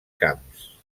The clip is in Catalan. camps